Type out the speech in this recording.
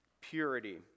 purity